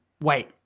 Wait